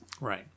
Right